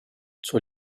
zur